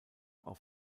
auf